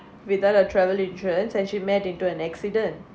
without a travel insurance and she met into an accident